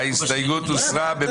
ההסתייגות הוסרה.